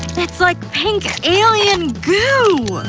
it's like pink alien goo!